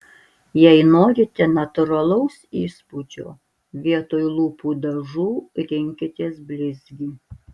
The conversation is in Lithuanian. jei norite natūralaus įspūdžio vietoj lūpų dažų rinkitės blizgį